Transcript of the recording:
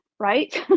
right